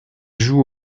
joue